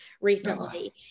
recently